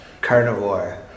carnivore